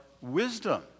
wisdom